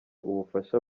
ubufasha